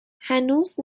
هنوز